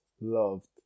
loved